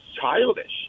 childish